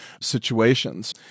situations